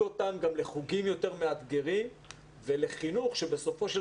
אותם לחוגים יותר מאתגרים ולחינוך שבסופו של